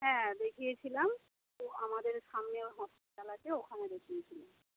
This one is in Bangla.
হ্যাঁ দেখিয়েছিলাম তো আমাদের সামনে হসপিটাল আছে ওখানে দেখিয়েছিলাম